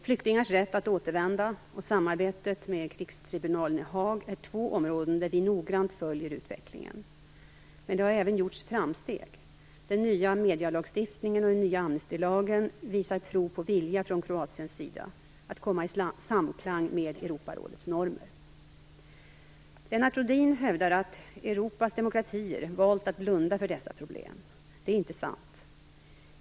Flyktingars rätt att återvända och samarbetet med krigstribunalen i Haag är två områden där vi noggrant följer utvecklingen. Men det har även gjorts framsteg. Den nya medialagstiftningen och den nya amnestilagen visar prov på en vilja från Kroatiens sida att komma i samklang med Europarådets normer. Lennart Rohdin hävdar att Europas demokratier valt att blunda för dessa problem. Detta är inte sant.